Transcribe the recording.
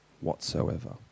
whatsoever